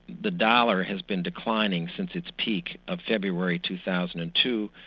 the dollar has been declining since its peak of february two thousand and two,